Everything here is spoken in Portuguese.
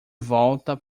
volta